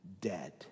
dead